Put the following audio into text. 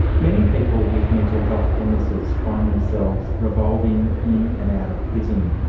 many people with mental health illnesses find themselves revolving in and out of prison.